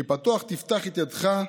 כי פתֹח תפתח את ידך לו,